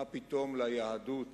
מה פתאום ליהדות